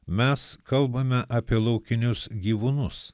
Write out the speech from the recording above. mes kalbame apie laukinius gyvūnus